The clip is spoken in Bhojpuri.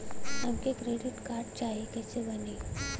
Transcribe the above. हमके क्रेडिट कार्ड चाही कैसे बनी?